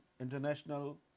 International